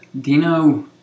Dino